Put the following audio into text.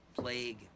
Plague